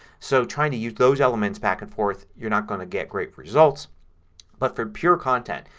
so trying to use those elements back and forth you're not going to get great results but for pure content,